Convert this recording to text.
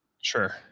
Sure